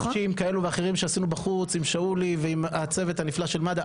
ליטושים כאלו ואחרים שעשינו בחוץ עם שאולי ועם הצוות הנפלא של מד"א,